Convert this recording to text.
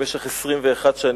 במשך 21 שנים,